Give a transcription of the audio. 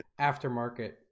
aftermarket